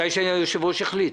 מתי שהיושב-ראש יחליט.